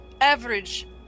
average